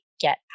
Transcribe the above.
get